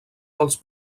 dels